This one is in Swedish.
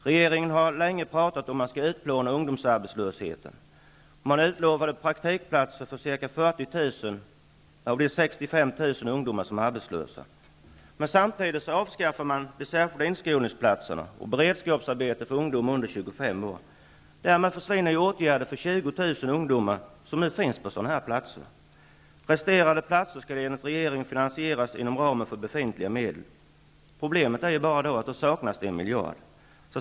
Regeringen har länge pratat om att man skall utplåna ungdomsarbetslösheten, och man utlovade praktikplatser åt ca 40 000 av de 65 000 ungdomar som är arbetslösa. Samtidigt avskaffar man de särskilda inskolningsplatserna och beredskapsarbete för ungdomar under 25 år. Därmed försvinner åtgärder för 20 000 ungdomar som nu finns på sådana platser. Resterande platser skall enligt regeringen finansieras inom ramen för befintliga medel. Problemet är då att det saknas en miljard.